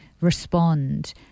respond